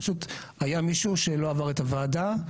היה מישהו שלא עבר את הוועדה,